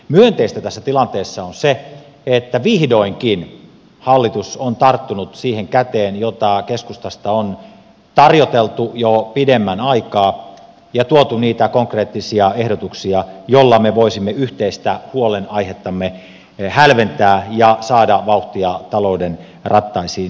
myönteistä tässä tilanteessa on se että vihdoinkin hallitus on tarttunut siihen käteen jota keskustasta on tarjottu jo pidemmän aikaa ja tuotu niitä konkreettisia ehdotuksia joilla me voisimme yhteistä huolenaihettamme hälventää ja saada vauhtia talouden rattaisiin